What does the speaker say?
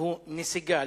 והוא נסיגה,